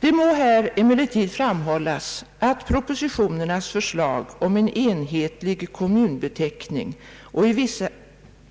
Det må här emellertid framhållas att förslaget i propositionen om en enhetlig kommunbeteckning